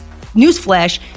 Newsflash